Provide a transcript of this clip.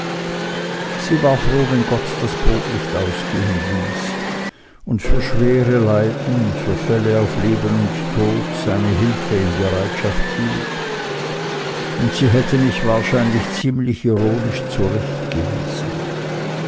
sie war froh wenn gott das brot nicht ausgehen ließ und für schwere leiden für fälle auf leben und tod seine hilfe in bereitschaft hielt und sie hätte mich wahrscheinlich ziemlich ironisch